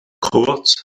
kurz